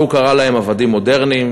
הוא קרא להם "עבדים מודרניים",